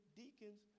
deacons